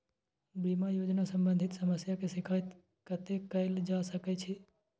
बीमा योजना सम्बंधित समस्या के शिकायत कत्ते कैल जा सकै छी?